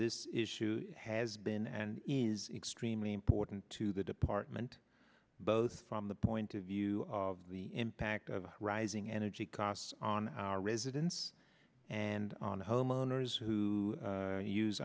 this issue has been and is extremely important to the department both from the point of view of the impact of rising energy costs on our residents and homeowners who u